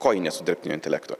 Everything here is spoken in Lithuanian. kojinė su dirbtiniu intelektu